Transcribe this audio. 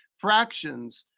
fractions,